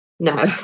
no